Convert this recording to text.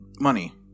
Money